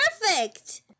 Perfect